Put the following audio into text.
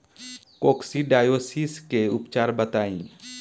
Coccidiosis के उपचार बताई?